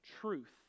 truth